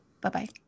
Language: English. Bye-bye